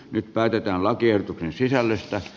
nyt päätetään lakiehdotuksen sisällöstä